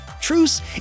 Truce